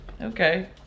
Okay